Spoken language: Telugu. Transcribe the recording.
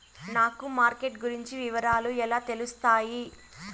నాకు మార్కెట్ గురించి వివరాలు ఎలా తెలుస్తాయి?